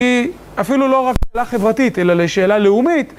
היא אפילו לא רק שאלה חברתית, אלא שאלה לאומית.